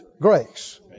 grace